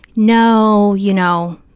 no, you know,